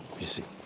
you see.